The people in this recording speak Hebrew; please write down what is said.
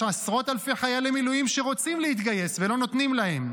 יש עשרות אלפי חיילי מילואים שרוצים להתגייס ולא נותנים להם.